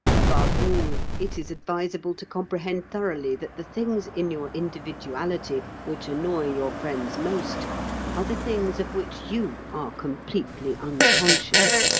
above all it is advisable to comprehend thoroughly that the things in your individuality which annoy your friends most are the things of which you are completely unconscious.